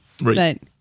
Right